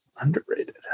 underrated